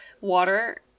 water